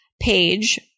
page